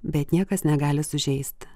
bet niekas negali sužeisti